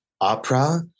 opera